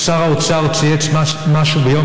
בשל חוסר הוודאות שהם היו בה עד היום,